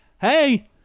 hey